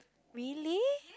really